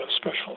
special